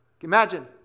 Imagine